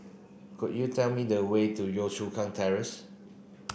could you tell me the way to Yio Chu Kang Terrace